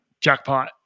jackpot